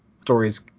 stories